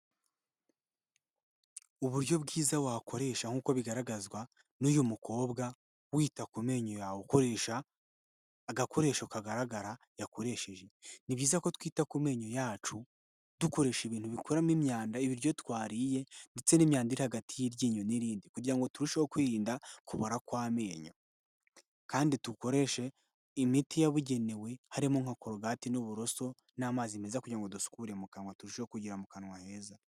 Uburyo bwiza wakoresha nk'uko bigaragazwa n'uyu mukobwa, wita ku menyo yawe ukoresha agakoresho kagaragara yakoresheje. Ni byiza ko twita ku menyo yacu dukoresha ibintu bikuramo imyanda, ibiryo twariye ndetse n'imyanda iri hagati y'iryinyo n'irindi kugira ngo turusheho kwirinda kubora kw'amenyo. Kandi dukoreshe imiti yabugenewe harimo nka korogati n'uburoso n'amazi meza kugira ngo dusukure mu kanwa, turusheho kugira mu kanwa heza.